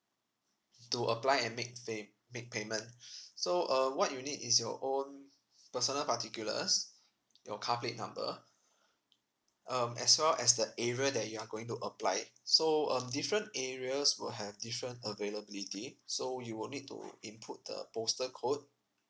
to apply and make pay make payment so err what you'll need is your own personal particulars your car plate number um as well as the area that you are going to apply it so um different areas will have different availability so you will need to input the postal code